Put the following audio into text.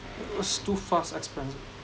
it's too fast expand